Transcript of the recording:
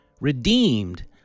Redeemed